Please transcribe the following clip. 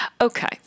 Okay